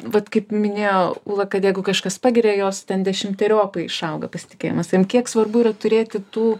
vat kaip minėjo ūla kad jeigu kažkas pagiria jos ten dešimteriopai išauga pasitikėjimas savim kiek svarbu yra turėti tų